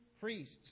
priests